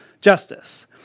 justice